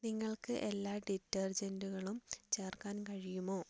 നിങ്ങൾക്ക് എല്ലാ ഡിറ്റർജൻറ്റുകളും ചേർക്കാൻ കഴിയുമോ